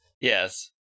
Yes